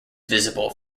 visible